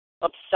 obsessed